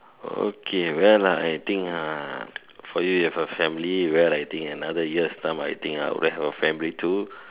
okay well ah I think uh for you you have a family well I think another year's time I think we have a family too